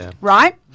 right